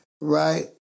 Right